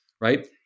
right